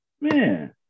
Man